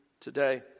today